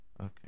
okay